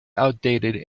outdated